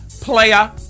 Player